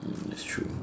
that's true